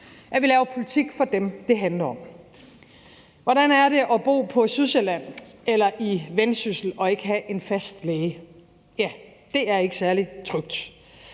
at vi laver politik for dem, det handler om. Hvordan er det at bo på Sydsjælland eller i Vendsyssel og ikke have en fast læge? Ja, det er ikke særlig trygt.